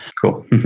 Cool